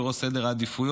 בראש סדר העדיפויות,